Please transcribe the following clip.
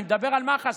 אני מדבר על מח"ש,